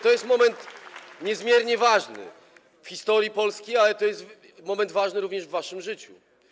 To jest moment niezmiernie ważny w historii Polski, ale to jest moment ważny również w waszym życiu.